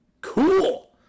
Cool